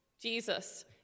Jesus